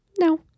no